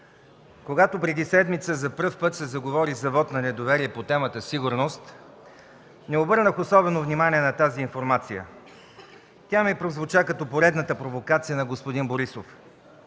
Когато преди седмица за първи път се заговори за вот на недоверие по темата „Сигурност”, не обърнах особено внимание на тази информация. Тя ми прозвуча като поредната провокация на господин Борисов.